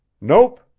Nope